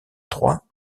trois